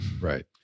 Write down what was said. Right